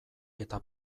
eta